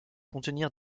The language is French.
contenir